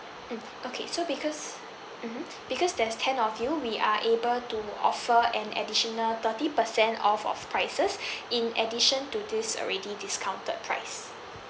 mm okay so because mmhmm because there's ten of you we are able to offer an additional thirty percent off of prices in addition to this already discounted price